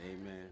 Amen